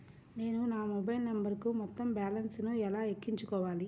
నేను నా మొబైల్ నంబరుకు మొత్తం బాలన్స్ ను ఎలా ఎక్కించుకోవాలి?